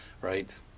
right